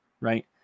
right